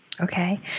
Okay